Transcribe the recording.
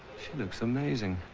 she looks amazing.